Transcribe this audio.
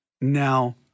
Now